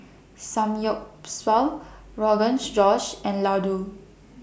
Samgyeopsal Rogan Josh and Ladoo